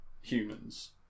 humans